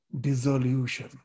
dissolution